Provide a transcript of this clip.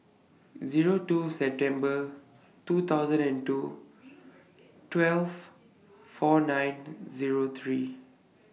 Zero two September two thousand and two twelve four nine Zero three